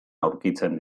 aurkitzen